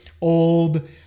old